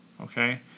Okay